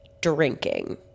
drinking